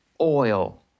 oil